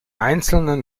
einzelnen